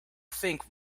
think